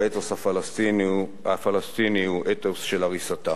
והאתוס הפלסטיני הוא אתוס של הריסתה.